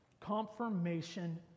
Confirmation